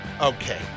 okay